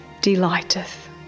delighteth